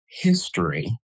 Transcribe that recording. history